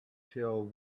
till